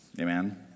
Amen